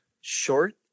short